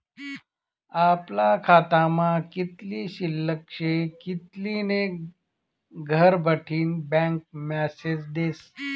आपला खातामा कित्ली शिल्लक शे कित्ली नै घरबठीन बँक मेसेज देस